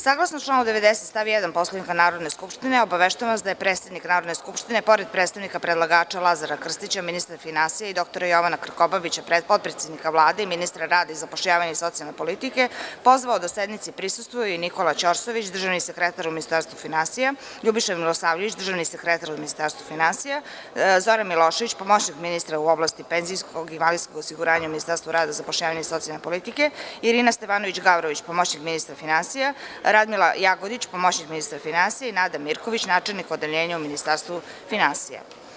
Saglasno članu 90. stav 1. Poslovnika Narodne skupštine obaveštavam vas da je predsednik Narodne skupštine pored predstavnika predlagača Lazara Krstića, ministra finansija i dr Jovana Krkobabića, potpredsednika Vlade i ministra rada, zapošljavanja i socijalne politike pozvao da sednici prisustvuju i Nikola Ćorsović, državni sekretar u Ministarstvu finansija, Ljubiša Milosavljević, državni sekretar u Ministarstvu finansija, Zoran Milošević, pomoćnik ministra u oblasti penzijsko i invalidskog osiguranja u Ministarstvu rada, zapošljavanja i socijalne politike, Irina Stevanović Gavrović, pomoćnik ministra finansija, Radmila Jagodić, pomoćnik ministra finansija i Nada Mirković, načelnik Odeljenja u Ministarstvu finansija.